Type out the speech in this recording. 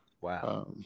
Wow